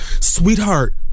sweetheart